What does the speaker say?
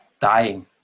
dying